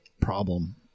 problem